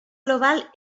global